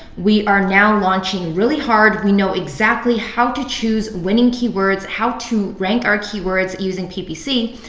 we are now launching really hard, we know exactly how to choose winning keywords, how to rank our keywords using ppc,